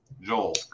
Joel